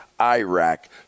Iraq